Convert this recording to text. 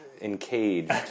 encaged